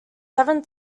seven